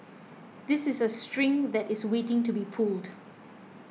this is a string that is waiting to be pulled